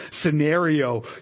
scenario